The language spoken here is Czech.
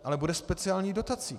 Ale bude speciální dotací.